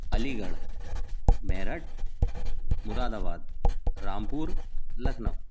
Ali Garh Meerut Moradabad Rampur Lucknow